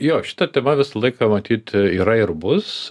jo šita tema visą laiką matyt yra ir bus